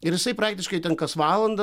ir jisai praktiškai ten kas valandą